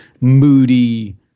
moody